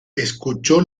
escuchó